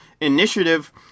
Initiative